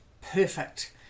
perfect